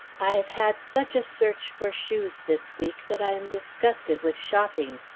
i have had such a search for shoes this week that i am disgusted with shopping.